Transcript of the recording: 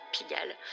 Pigalle